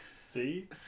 See